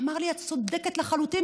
אמר לי: את צודקת לחלוטין,